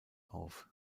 auf